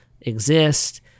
exist